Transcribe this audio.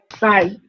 Bye